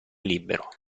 libero